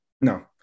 no